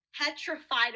Petrified